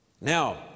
Now